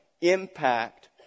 impact